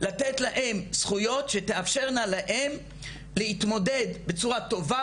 לתת להם זכויות שתאפשרנה להם להתמודד בצורה טובה